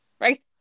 right